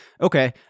Okay